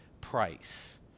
price